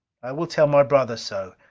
i will tell my brother so.